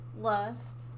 Lust